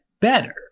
better